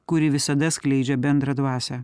kuri visada skleidžia bendrą dvasią